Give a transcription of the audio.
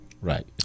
Right